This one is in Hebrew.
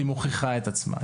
והיא מוכיחה את עצמה.